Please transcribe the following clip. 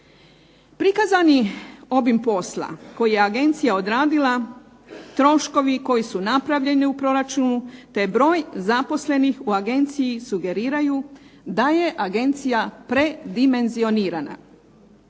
Prikazani obim posla koji je agencija obavila, troškova koji su napravljeni u proračunu, te broj zaposlenih u Agenciji sugeriraju da je Agencija predimenzionirana.